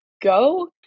Go